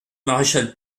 maréchal